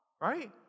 right